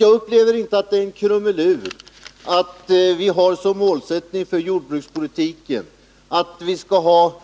Jag upplever det inte som en krumelur att vi har som målsättning för jordbrukspolitiken att vi skall ha